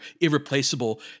irreplaceable